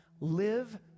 Live